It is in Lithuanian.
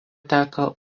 teka